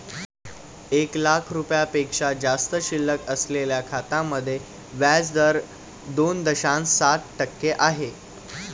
एक लाख रुपयांपेक्षा जास्त शिल्लक असलेल्या खात्यांमध्ये व्याज दर दोन दशांश सात टक्के आहे